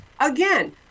Again